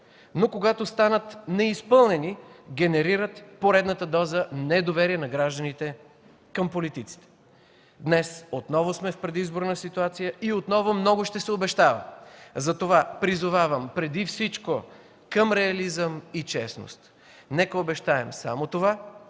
но когато останат неизпълнени, генерират поредната доза недоверие на гражданите към политиците. Днес отново сме в предизборна ситуация и отново много ще се обещава, затова призовавам преди всичко към реализъм и честност. Нека обещаем само това,